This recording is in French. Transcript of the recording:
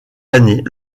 année